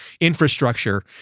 infrastructure